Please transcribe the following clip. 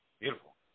Beautiful